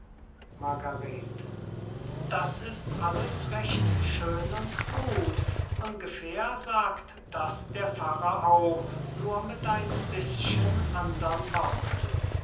margarete das ist alles recht schön und gut ungefähr sagt das der pfarrer auch nur mit ein bißchen andern worten